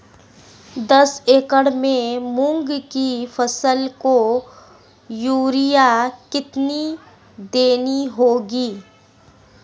दस एकड़ में मूंग की फसल को यूरिया कितनी देनी होगी?